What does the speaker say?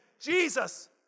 Jesus